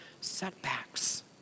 setbacks